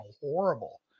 horrible